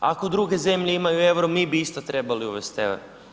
Ako druge zemlje imaju euro, mi bi isto trebali uvesti euro.